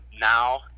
now